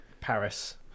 Paris